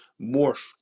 morph